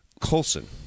Colson